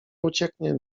ucieknie